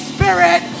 Spirit